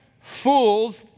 fools